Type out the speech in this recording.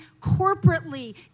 corporately